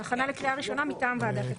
הכנה לקריאה ראשונה מטעם ועדת הכנסת.